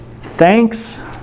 thanks